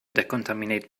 decontaminate